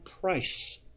price